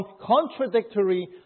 contradictory